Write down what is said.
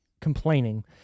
complaining